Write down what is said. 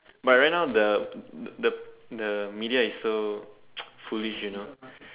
but right now the the the media is so foolish you know